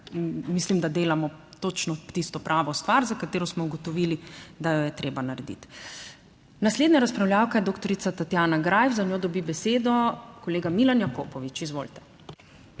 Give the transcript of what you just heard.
mislim, da delamo točno tisto pravo stvar, za katero smo ugotovili, da jo je treba narediti. Naslednja razpravljavka je doktorica Tatjana Greif, za njo dobi besedo kolega Milan Jakopovič. Izvolite.